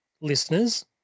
listeners